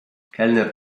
kelner